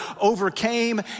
overcame